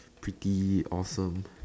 pretty awesome